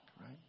right